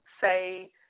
say